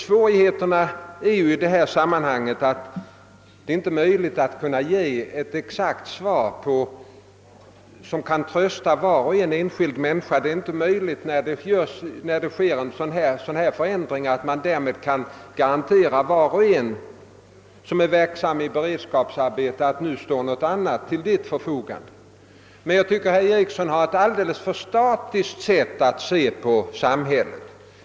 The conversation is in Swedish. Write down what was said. Svårigheterna när en sådan förändring inträffar är att det inte är möjligt att ge ett exakt svar, som kan trösta varje enskild människa. Man kan inte garantera var och en som är verksam i beredskapsarbete att det omedelbart står något annat arbete till förfogande. Enligt min mening har emellertid herr Eriksson i Arvika ett alldeles för statiskt sätt att se på samhället.